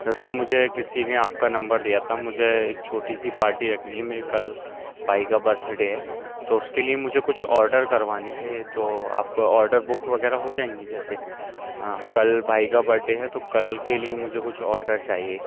دراصل مجھے کسی نے آپ کا نمبر دیا تھا مجھے ایک چھوٹی سی پارٹی رکھنی ہے میری کل بھائی کا برتھ ڈے ہے تو اس کے لیے مجھے کچھ آڈر کروانے تھے تو آپ آڈر بک وغیرہ ہو جائیں گی جیسے کل بھائی کا برتھ ڈے ہے تو کل کے لیے مجھے کچھ آڈر چاہیے